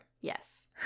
Yes